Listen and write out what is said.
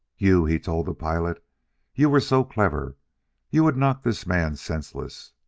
you, he told the pilot you were so clever you would knock this man senseless!